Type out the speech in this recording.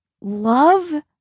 love